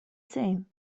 same